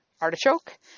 artichoke